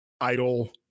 idle